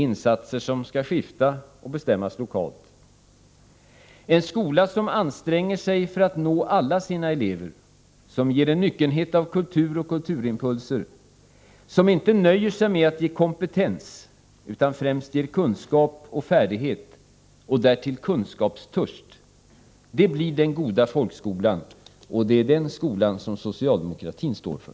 Insatserna skall vara skiftande och bestäms lokalt. En skola som anstränger sig att nå alla sina elever, som ger en myckenhet av kultur och kulturimpulser, som inte nöjer sig med att ge kompetens, utan främst ger kunskap och färdighet — och därtill kunskapstörst — den blir den goda folkskolan. Det är den skolan som socialdemokratin står för.